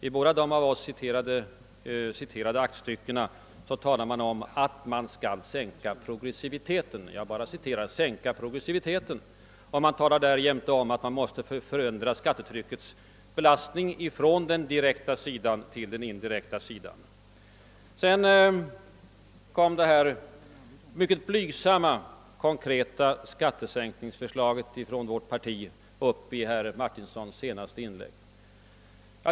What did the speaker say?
I båda de av oss citerade aktstyckena förordade man att man skall »sänka progressiviteten» — jag bara citerar. Man talar därjämte om att man måste förändra skattetryckets belastning ifrån den direkta sidan till den indirekta. Herr Martinsson berörde i sitt inlägg årets mycket blygsamma konkreta skattesänkningsförslag från vårt parti.